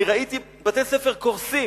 אני ראיתי בתי-ספר קורסים.